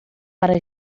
para